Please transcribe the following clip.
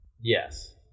Yes